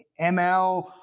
ML